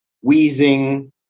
wheezing